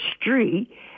street